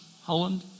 Holland